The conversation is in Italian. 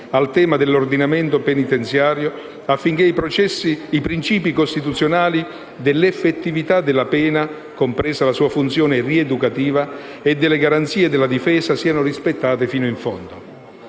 al tema dell'ordinamento penitenziario, affinché i principi costituzionali dell'effettività della pena, compresa la sua funzione rieducativa, e delle garanzie della difesa siano rispettati fino in fondo.